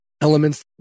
elements